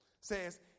says